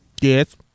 Yes